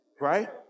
Right